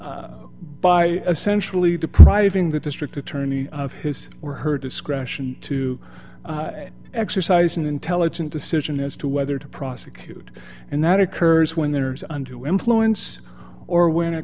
by essentially depriving the district attorney of his or her discretion to exercise an intelligent decision as to whether to prosecute and that occurs when they're under the influence or w